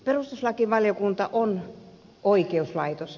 perustuslakivaliokunta on oikeuslaitos